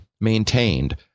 maintained